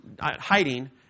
hiding